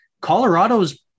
Colorado's